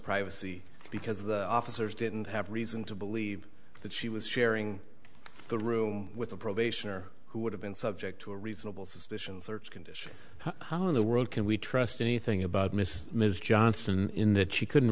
privacy because the officers didn't have reason to believe that she was sharing the room with a probationer who would have been subject to a reasonable suspicion search condition how in the world can we trust anything about miss ms johnston in that she couldn't